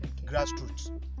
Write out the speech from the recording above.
grassroots